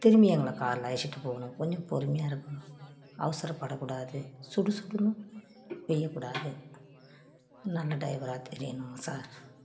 திரும்பி எங்களை காரில் அழைச்சிட்டு போகணும் கொஞ்சம் பொறுமையாக இருக்கணும் அவசரப்படக்கூடாது சுடுசுடுன்னு வய்யக்கூடாது நல்ல டைவராக தெரியணும் சார்